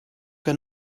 que